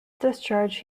discharge